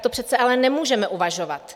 Takto přece ale nemůžeme uvažovat.